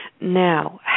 Now